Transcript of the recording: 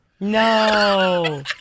No